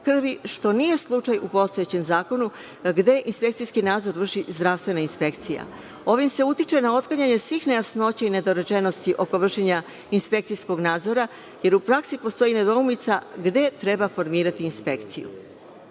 što nije slučaj u postojećem zakonu, gde inspekcijski nadzor vrši zdravstvena inspekcija. Ovim se utiče na otklanjanje svih nejasnoća i nedorečenosti oko vršenja inspekcijskog nadzora, jer u praksi postoji nedoumica gde treba formirati inspekciju. Obzirom